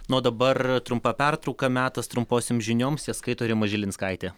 na o dabar trumpa pertrauka metas trumposiom žinioms jas skaito rima žilinskaitė